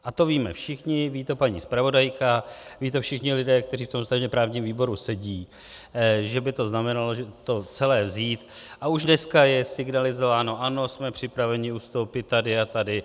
A to víme všichni, ví to paní zpravodajka, vědí to všichni lidé, kteří v tom ústavněprávním výboru sedí, že by to znamenalo to celé vzít, a už dneska je signalizováno, ano, jsme připraveni ustoupit tady a tady.